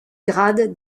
grade